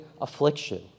affliction